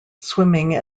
swimming